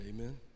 amen